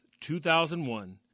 2001